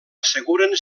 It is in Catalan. asseguren